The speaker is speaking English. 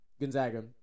Gonzaga